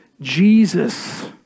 Jesus